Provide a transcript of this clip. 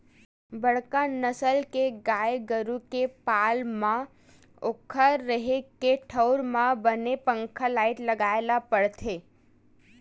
बड़का नसल के गाय गरू के पाले म ओखर रेहे के ठउर म बने पंखा, लाईट लगाए ल परथे